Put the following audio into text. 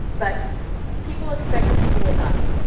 but people expect that people will die.